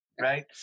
right